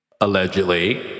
allegedly